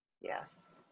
Yes